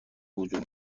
وجود